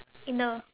in the